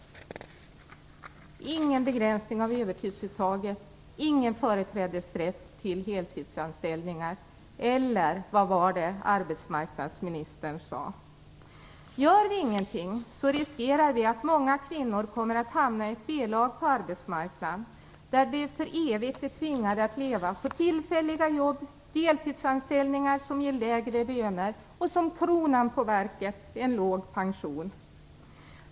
Det blir ingen begränsning av övertidsuttaget och ingen företrädesrätt till heltidsanställningar. Eller vad var det arbetsmarknadsministern sade? Om vi inte gör någonting riskerar många kvinnor att hamna i ett B-lag på arbetsmarknaden, där de för evigt är tvingade att leva på tillfälliga jobb och deltidsanställningar, som ger lägre lön och som kronan på verket en låg pension.